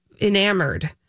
enamored